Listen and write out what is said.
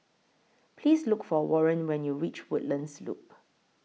Please Look For Warren when YOU REACH Woodlands Loop